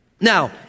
Now